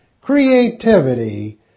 creativity